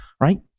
right